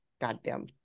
goddamn